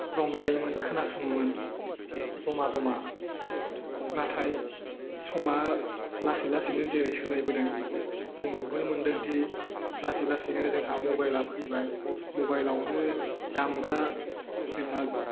रंजायोमोन खोनासङोमोन जमा जमा नाथाय समा लासै लासैनो जेरै सोलायबोदों जों नुबोनो मोन्दों दि लासै लासैनो जोंहा मबाइलआ फैबाय मबाइलआवनो दामग्रा जोंहा